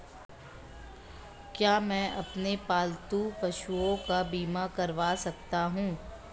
क्या मैं अपने पालतू पशुओं का बीमा करवा सकता हूं?